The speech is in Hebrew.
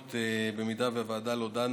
מגיעות למליאה במידה שהוועדה לא דנה